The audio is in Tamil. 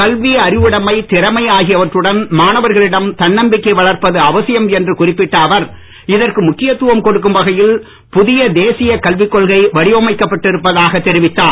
கல்வி அறிவுடமை திறமை தன்னம்பிக்கை வளர்ப்பது அவசியம் என்று குறிப்பிட்ட அவர் இதற்கு முக்கியத்துவம் கொடுக்கும் வகையில் புதிய தேசிய கல்விக் கொள்கை வடிவமைக்கப்பட்டிருப்பதாக தெரிவித்தார்